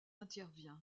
intervient